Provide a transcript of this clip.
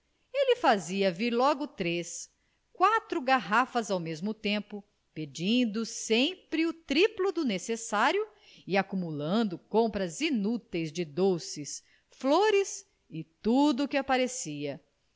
ele fazia vir logo três quatro garrafas ao mesmo tempo pedindo sempre o triplo do necessário e acumulando compras inúteis de doces flores e tudo o que aparecia